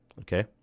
Okay